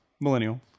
Millennial